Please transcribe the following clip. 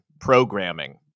programming